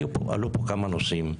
עלו פה כמה נושאים: